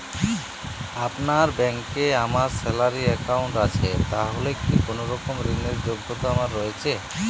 আপনার ব্যাংকে আমার স্যালারি অ্যাকাউন্ট আছে তাহলে কি কোনরকম ঋণ র যোগ্যতা আমার রয়েছে?